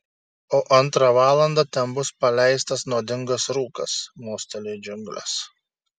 o antrą valandą ten bus paleistas nuodingas rūkas mosteliu į džiungles